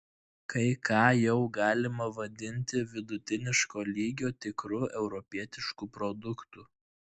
kai ką jau galima vadinti vidutiniško lygio tikru europietišku produktu